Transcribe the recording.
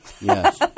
Yes